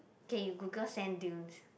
K you google sand dunes